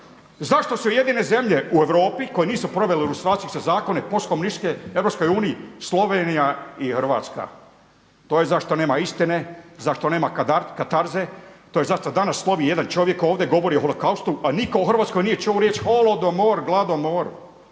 Zašto su jedine zemlje u Europi koje nisu provele lustraciju, zakone post komunističke EU Slovenija i Hrvatska. To je zašto nema istine, zašto nema katarze. To je zašto danas slovi jedan čovjek ovdje, govori o holokaustu, a nitko u Hrvatskoj nije čuo riječ holodomor, gladomor.